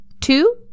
Two